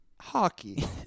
Hockey